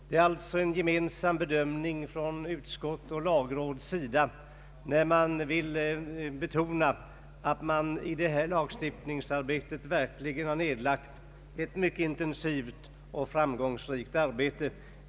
Det är alltså en gemensam bedömning från utskottet och lagrådet när de vill betona att man i detta lagstiftningsarbete verkligen har nedlagt ett mycket intensivt och framgångsrikt arbete.